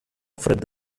freddo